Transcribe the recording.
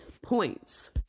points